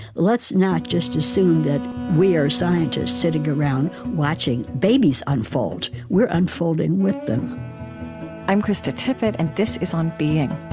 let's not just assume that we are scientists sitting around watching babies unfold. we're unfolding with them i'm krista tippett and this is on being